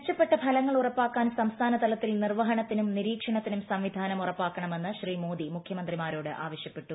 മെച്ചപ്പെട്ട ഫലങ്ങൾ ഉറപ്പാക്കാൻ സംസ്ഥാനതലത്തിൽ നിർവ്വഹണത്തിനും നിരീക്ഷണത്തിനും സംവിധാനം ഉറപ്പാക്കണമെന്ന് ശ്രീ മോദി മുഖ്യമന്ത്രി മാരോട് ആവശ്യപ്പെട്ടു